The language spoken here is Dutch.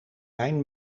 lijn